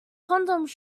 condoms